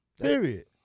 Period